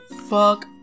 fuck